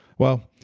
well,